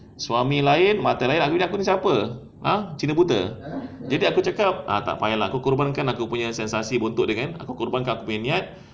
suami lain matair lain abeh aku ni siapa ah cina buta jadi aku cakap ah tak payah lah aku korbankan sensasi bontot dia kan aku korbankan aku punya niat